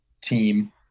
team